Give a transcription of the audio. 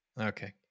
Okay